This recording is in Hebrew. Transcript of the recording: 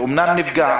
שאמנם נפגע,